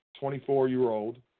24-year-old